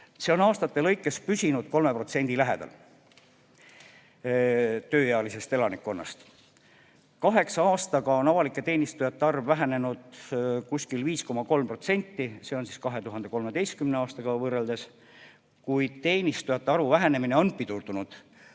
See on aastate lõikes püsinud 3% lähedal tööealisest elanikkonnast. Kaheksa aastaga on avalike teenistujate arv vähenenud 5,3%, see on siis 2013. aastaga võrreldes. Kuid teenistujate arvu vähenemine on pidurdunud.